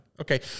Okay